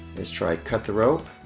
let's try cut the rope